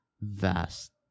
vast